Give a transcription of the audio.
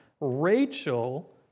Rachel